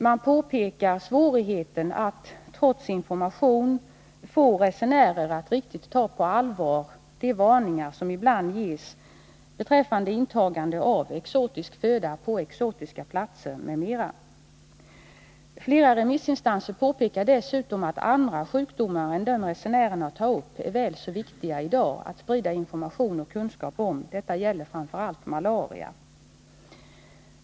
Man påtalar svårigheter att trots information få resenärerna att riktigt ta på allvar de varningar som ibland ges beträffande intagande av exotisk föda på exotiska platser m.m. Flera remissinstanser påpekar dessutom att andra sjukdomar än dem motionärerna tar upp är väl så viktiga att sprida information och kunskap om i dag. Detta gäller framför allt malaria.